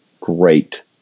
Great